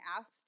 asked